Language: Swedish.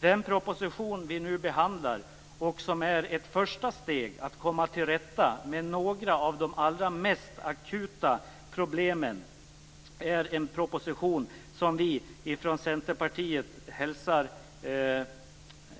Den proposition vi nu behandlar, och som är ett första steg för att komma till rätta med några av de allra mest akuta problemen, är en proposition som vi från Centerpartiet